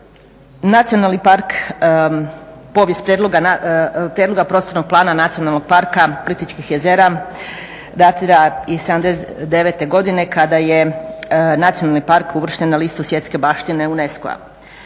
Nacionalni park, povijest prijedloga prostornog plana Nacionalnog parka Plitvičkih jezera datira iz 79. godine kada je nacionalni park uvršten na listu svjetske baštine UNESCO-a.